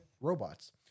Robots